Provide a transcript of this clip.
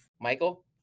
Michael